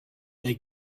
they